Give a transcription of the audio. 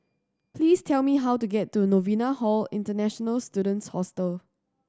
please tell me how to get to Novena Hall International Students Hostel